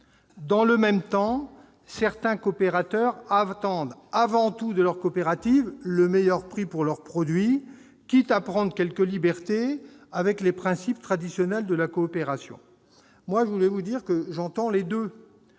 Dans le même temps, certains coopérateurs attendent avant tout de leur coopérative le meilleur prix pour leurs produits, quitte à prendre quelques libertés avec les principes traditionnels de la coopération. Pour ma part, j'entends les deux.